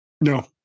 No